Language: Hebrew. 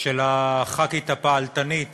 של חברת הכנסת הפעלתנית